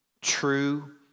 true